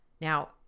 Now